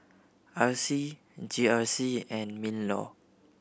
R C G R C and MinLaw